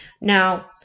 Now